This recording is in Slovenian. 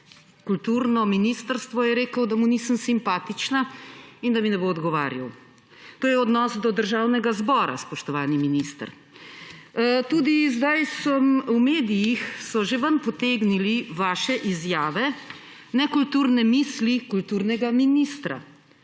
uniji, je rekel, da mu nisem simpatična in da mi ne bo odgovarjal. To je odnos do Državnega zbora, spoštovani minister. Tudi v medijih so že potegnili vaše izjave – nekulturne misli kulturnega ministra.